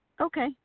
Okay